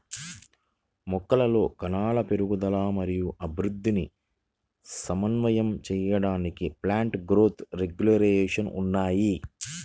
మొక్కలలో కణాల పెరుగుదల మరియు అభివృద్ధిని సమన్వయం చేయడానికి ప్లాంట్ గ్రోత్ రెగ్యులేషన్స్ ఉన్నాయి